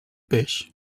peix